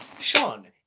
Sean